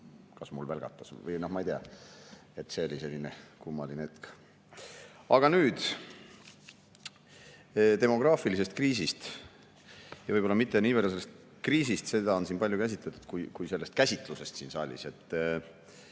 juhatajal välgatas. Ma ei tea, see oli selline kummaline hetk. Aga nüüd demograafilisest kriisist. Võib-olla mitte niivõrd sellest kriisist, seda on siin palju käsitletud, kui sellest käsitlusest siin saalis.